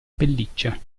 pelliccia